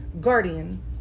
guardian